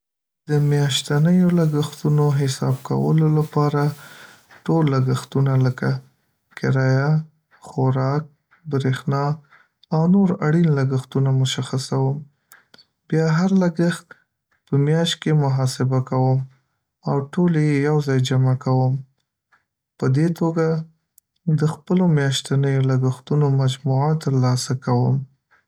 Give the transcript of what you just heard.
د میاشتنيو لګښتونو حساب کولو لپاره، ټول لګښتونه لکه کرایه، خوراک، برېښنا او نور اړین لګښتونه مشخصوم. بیا هر لګښت په میاشت کې محاسبه کوم او ټولې یې یو ځای جمع کوم. په دې توګه، د خپلو میاشتنیو لګښتونو مجموعه ترلاسه کوم.